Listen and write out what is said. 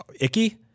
icky